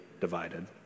divided